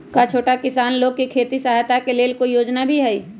का छोटा किसान लोग के खेती सहायता के लेंल कोई योजना भी हई?